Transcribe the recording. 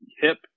hip